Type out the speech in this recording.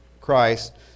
Christ